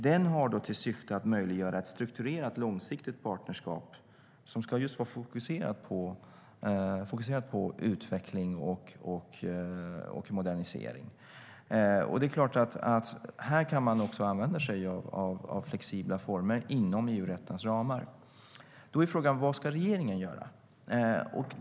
Den har till syfte att möjliggöra ett strukturerat långsiktigt partnerskap som ska vara fokuserat på utveckling och modernisering. Det är klart att man här också kan använda sig av flexibla former inom EU-rättens ramar. Då är frågan: Vad ska regeringen göra?